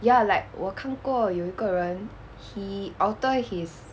ya like 我看过有一个人 he alter his